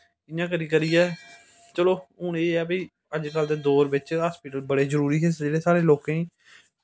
इयां करी करियै चलो हून एह् ऐ भाई अजकल दे दौर बिच्च हस्पिटल बड़े जरूरी हे जेह्ड़े साढ़े लोकेंई